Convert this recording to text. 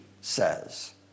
says